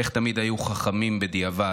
איך תמיד היו חכמים בדיעבד,